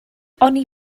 oni